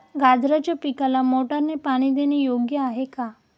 गाजराच्या पिकाला मोटारने पाणी देणे योग्य आहे का?